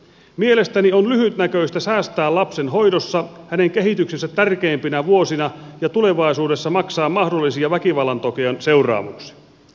mielestäni on lyhytnäköistä säästää lapsen hoidossa hänen kehityksensä tärkeimpinä vuosina ja tulevaisuudessa maksaa mahdollisia väkivallantekojen seuraamuksia